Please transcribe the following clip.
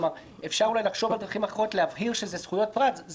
אפשר אולי לחשוב על דרכים אחרות להבהיר שאלה זכויות פרט.